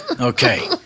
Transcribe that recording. Okay